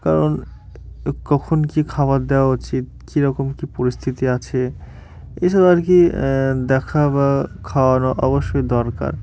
কারণ কখন কী খাবার দেওয়া উচিত কীরকম কী পরিস্থিতি আছে এসব আর কি দেখা বা খাওয়ানো অবশ্যই দরকার